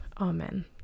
Amen